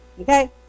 Okay